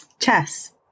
chess